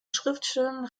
schriftstellern